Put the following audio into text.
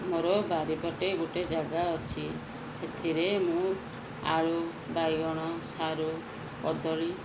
ମୋର ବାରିପଟେ ଗୋଟେ ଜାଗା ଅଛି ସେଥିରେ ମୁଁ ଆଳୁ ବାଇଗଣ ସାରୁ କଦଳୀ